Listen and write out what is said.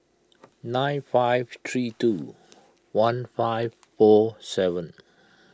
nine five three two one five four seven